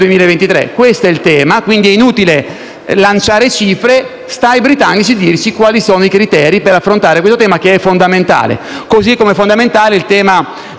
quindi fino al 2023. È inutile lanciare cifre: sta ai britannici dirci quali sono i criteri per affrontare questo tema, che è fondamentale. Così come fondamentale è il tema